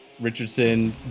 Richardson